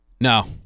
No